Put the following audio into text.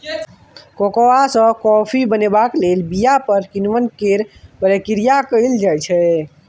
cocoa सँ coffee बनेबाक लेल बीया पर किण्वन केर प्रक्रिया कएल जाइ छै